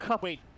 Wait